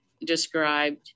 described